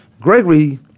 Gregory